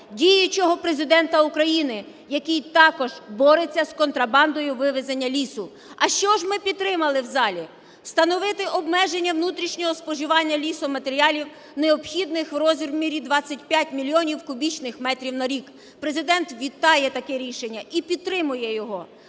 діючого Президента України, який також бореться з контрабандою вивезення лісу. А що ж ми підтримали в залі? "Встановити обмеження внутрішнього споживання лісоматеріалів необхідних в розмірі 25 мільйонів кубічних метрів на рік". Президент вітає таке рішення і підтримує його.